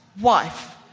wife